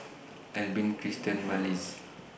Albin Krystal Marlys